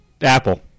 Apple